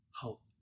hope